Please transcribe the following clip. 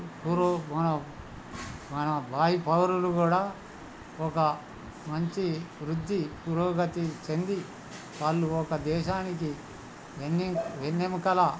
పూర్వం మన మన భావి పౌరులు కూడా ఒక మంచి వృద్ధి పురోగతి చెంది వాళ్ళు ఒక దేశానికి వెన్ను వెన్నుముకల